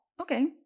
okay